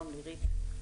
בבקשה.